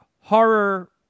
horror